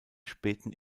späten